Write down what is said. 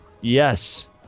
yes